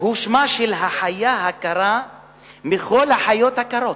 הוא שמה של החיה הקרה מכל החיות הקרות.